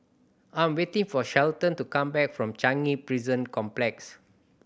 I'm waiting for Shelton to come back from Changi Prison Complex